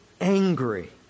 angry